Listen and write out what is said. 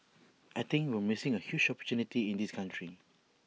I think we're missing A huge opportunity in this country